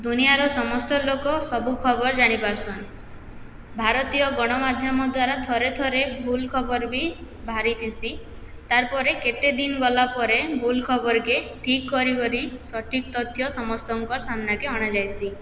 ଦୁନିଆର ସମସ୍ତ ଲୋକ ସବୁ ଖବର୍ ଜାଣିପାର୍ସନ୍ ଭାରତୀୟ ଗଣମାଧ୍ୟମ ଦ୍ୱାରା ଥରେ ଥରେ ଭୁଲ୍ ଖବର୍ ବି ବାହାରିଥିସି ତାର୍ ପରେ କେତେ ଦିନ୍ ଗଲାପରେ ଭୁଲ୍ ଖବରକେ ଠିକ୍ କରି କରି ସଠିକ୍ ତଥ୍ୟ ସମସ୍ତଙ୍କର୍ ସାମ୍ନାକେ ଅଣାଯାଏସି